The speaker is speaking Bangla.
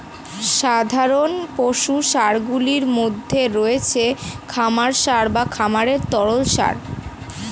সাধারণ পশু সারগুলির মধ্যে রয়েছে খামার সার বা খামারের তরল সার